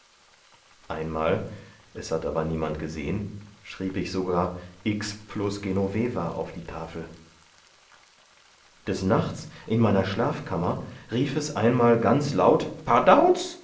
einmal aber es hat niemand gesehen schrieb ich sogar x genoveva auf die tafel des nachts in meiner schlafkammer rief es einmal ganz laut